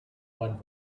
one